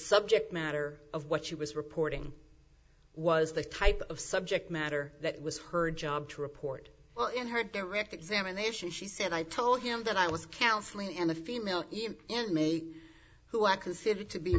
subject matter of what she was reporting was the type of subject matter that was her job to report well in her direct examination she said i told him that i was counseling and a female inmate who i consider to be